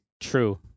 True